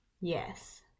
Yes